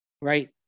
right